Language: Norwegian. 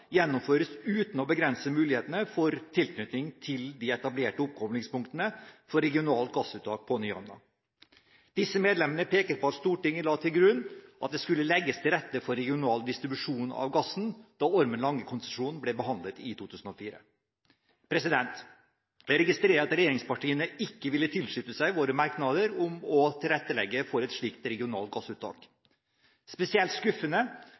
gjennomføres uten å begrense mulighetene for tilknytning til de etablerte oppkoblingspunktene for regionalt gassuttak på Nyhamna. Disse medlemmer peker på at Stortinget la til grunn at det skulle legges til rette for regional distribusjon av gassen da Ormen-Lange-konsesjonen ble behandlet i 2004.» Jeg registrerer at regjeringspartiene ikke ville tilslutte seg våre merknader om å tilrettelegge for et slikt regionalt gassuttak. Spesielt skuffende